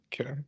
Okay